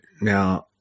now